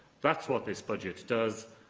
that's what this budget does,